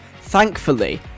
thankfully